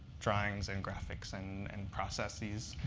drawings and graphics and and processes.